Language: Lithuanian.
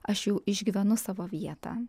aš jau išgyvenu savo vietą